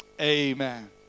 amen